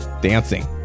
Dancing